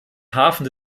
hafen